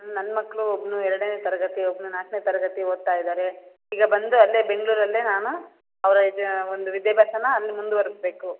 ನನ್ನ ಮಕ್ಳು ಒಬ್ಬನು ಎರಡನೇ ತರಗತಿ ಒಬ್ಬನು ನಾಲ್ಕನೇ ತರಗತಿ ಓದ್ತಾಯಿದ್ದಾರೆ ಈಗ ಬಂದರೆ ಅಲ್ಲೇ ಬೆಂಗಳೂರಲ್ಲೇ ನಾನು ಅವರ ಎಜು ಒಂದು ವಿದ್ಯಾಭ್ಯಾಸನ ಅಲ್ಲಿ ಮುಂದುವರಿಸ್ಬೇಕು